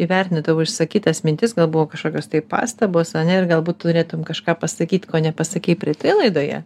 įvertino tavo išsakytas mintis gal buvo kažkokios tai pastabos ane ir galbūt turėtum kažką pasakyt ko nepasakei praeitoje laidoje